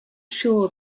sure